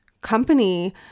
company